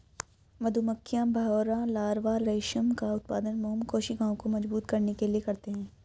मधुमक्खियां, भौंरा लार्वा रेशम का उत्पादन मोम कोशिकाओं को मजबूत करने के लिए करते हैं